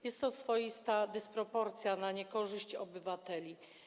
Jest to swoista dysproporcja na niekorzyść obywateli.